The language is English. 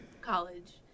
college